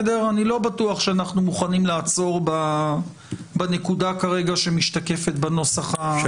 אני לא בטוח שאנחנו מוכנים לעצור בנקודה שמשתקפת בנוסח המוצע.